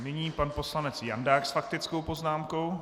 Nyní pan poslanec Jandák s faktickou poznámkou.